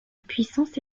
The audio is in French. puissance